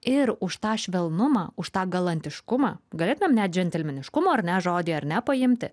ir už tą švelnumą už tą galantiškumą galėtumėm net džentelmeniškumo ar ne žodį ar ne paimti